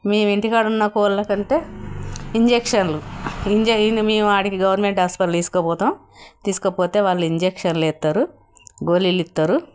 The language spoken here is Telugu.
మేము ఇంటికాడ ఉన్న కోళ్ళకంటే ఇంజక్షన్లు ఇంజ మేము అక్కడికి గవర్నమెంట్ హాస్పిటల్ తీసుకుపోతాము తీసుకపోతే వాళ్ళు ఇంజక్షన్లు వేస్తారు గోలీలు ఇస్తారు